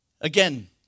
Again